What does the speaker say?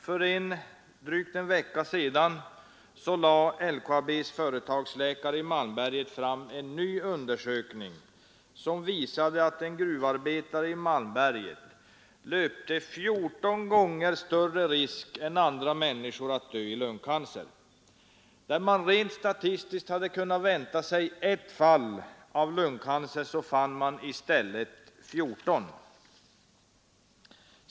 För drygt en vecka sedan lade LKAB:s företagsläkare i Malmberget fram en ny undersökning som visade att en gruvarbetare i Malmberget löper 14 gånger större risk än andra människor att dö i lungcancer. Där man rent statistiskt hade kunnat vänta sig ett fall av lungcancer fann man i stället 14.